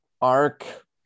arc